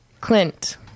Clint